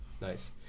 Nice